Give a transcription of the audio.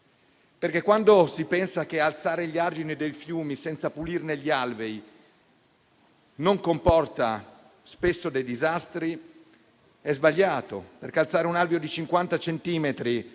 stati fatti. Pensare che alzare gli argini di un fiume senza pulirne gli alvei non comporti spesso dei disastri è sbagliato. Alzare un alveo di 50 centimetri,